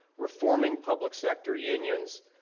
reforming public sector unions,